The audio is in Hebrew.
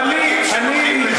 אל תיקח את הפרקים שנוחים לך,